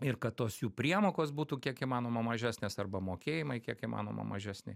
ir kad tos jų priemokos būtų kiek įmanoma mažesnės arba mokėjimai kiek įmanoma mažesni